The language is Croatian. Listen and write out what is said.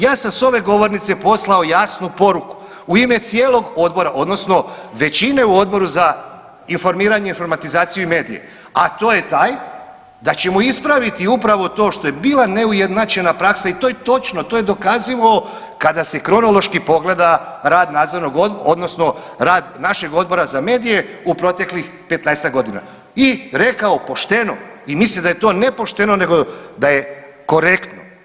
Ja sam s ove govornice poslao jasnu poruku i ime cijelog odbora, odnosno većine u Odboru za informiranje, informatizaciju i medije, a to je taj da ćemo ispraviti upravo to što je bila neujednačena praksa i to je točno, to je dokazivo kada se kronološki pogleda rad nadzornog o .../nerazumljivo/... odnosno rad našeg Odbora za medije u proteklih 15-ak godina i rekao pošteno i mislim da je to ne pošteno, nego da je korektno.